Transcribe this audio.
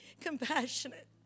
compassionate